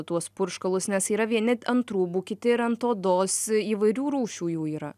tuos purškalus nes yra vieni ant rūbų kiti yra ant odos įvairių rūšių jų yra